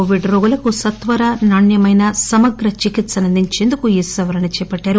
Covid రోగులకు సత్వర నాణ్యమైన సమగ్ర చికిత్సను అందించేందుకు ఈ సవరణలు చేపట్టారు